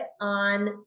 on